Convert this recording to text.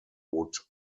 would